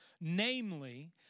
Namely